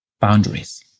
boundaries